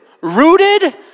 rooted